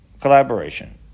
collaboration